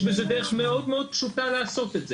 יש בזה דרך מאוד מאוד פשוטה לעשות את זה,